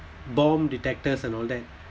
bomb detectors and all that